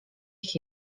ich